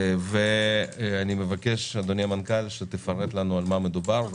אני מבקש, אדוני המנכ"ל, שתפרט במה מדובר.